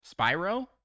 spyro